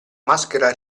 maschera